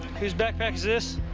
whose backpack is is